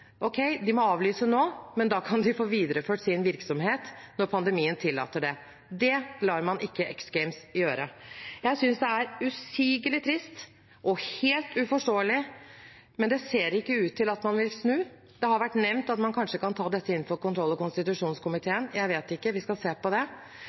Ok, de må avlyse nå, men da kan de få videreført sin virksomhet når pandemien tillater det. Det lar man ikke X Games gjøre. Jeg synes det er usigelig trist og helt uforståelig, men det ser ikke ut til at man vil snu. Det har vært nevnt at man kanskje kan ta dette inn for kontroll- og